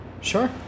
Sure